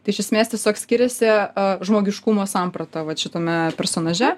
tai iš esmės tiesiog skiriasi a žmogiškumo samprata vat šitame personaže